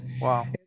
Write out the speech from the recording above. Wow